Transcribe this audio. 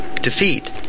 defeat